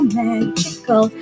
magical